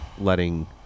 letting